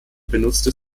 benutzte